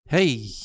Hey